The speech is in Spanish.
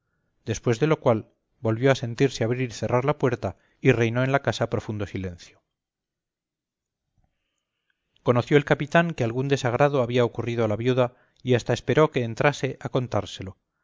después de lo cual volvió a sentirse abrir y cerrar la puerta y reinó en la casa profundo silencio conoció el capitán que algún desagrado había ocurrido a la viuda y hasta esperó que entrase a contárselo